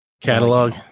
catalog